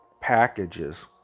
packages